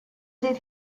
did